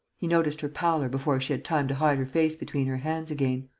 he noticed her pallor before she had time to hide her face between her hands again.